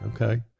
Okay